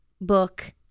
book